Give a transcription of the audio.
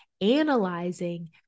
analyzing